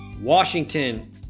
Washington